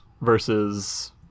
versus